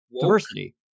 diversity